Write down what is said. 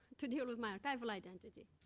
to deal with my archival identity.